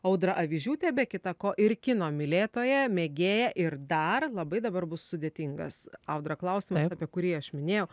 audra avižiūtė be kita ko ir kino mylėtoja mėgėja ir dar labai dabar bus sudėtingas audra klausimas apie kurį aš minėjau